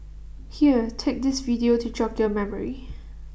here take this video to jog your memory